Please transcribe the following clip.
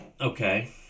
Okay